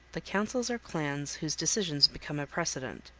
the councils are clans whose decisions become a precedent.